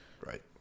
right